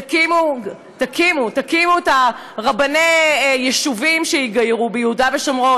תקימו את רבני היישובים שיגיירו ביהודה ושומרון.